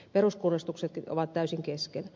peruskunnostuksetkin ovat täysin kesken